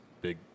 Big